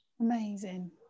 Amazing